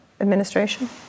administration